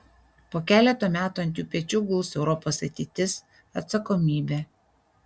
po keleto metų ant jų pečių guls europos ateitis atsakomybė